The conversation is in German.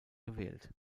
gewählt